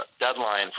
deadline